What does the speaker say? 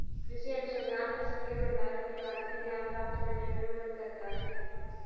कृषि अनुसंधान फसल के भंडारण के बारे में ज्ञान प्राप्त करने में मदद करता है